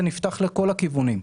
זה נפתח לכל הכיוונים.